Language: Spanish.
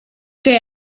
que